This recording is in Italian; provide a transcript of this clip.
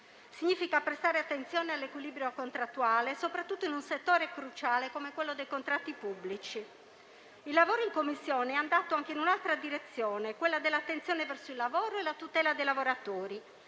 Significa prestare attenzione all'equilibrio contrattuale, soprattutto in un settore cruciale come quello dei contratti pubblici. Il lavoro in Commissione è andato anche in un'altra direzione, quella dell'attenzione verso il lavoro e la tutela dei lavoratori.